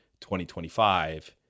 2025